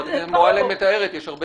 שחברת הכנסת מועלם מתארת יש הרבה